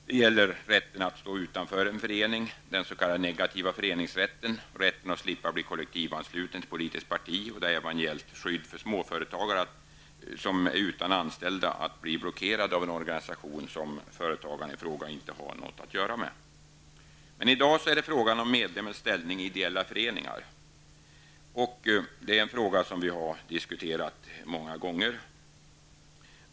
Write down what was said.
Det gäller rätten att stå utanför en förening, den s.k. negativa föreningsrätten, och rätten att slippa bli kollektivansluten till ett politiskt parti. Det har även gällt skydd för småföretagare utan anställda att bli blockerade av en organisation som företagaren i fråga inte har något med att göra. I dag gäller det frågan om en medlems ställning i ideella föreningar. Den frågan har vi diskuterat många gånger.